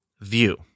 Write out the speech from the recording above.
view